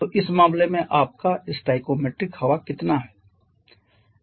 तो इस मामले में आपका स्टोइकोमेट्रिक हवा कितनी है